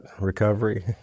recovery